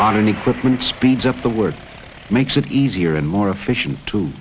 modern equipment speeds up the word makes it easier and more efficient to